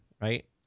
right